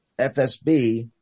FSB